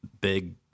big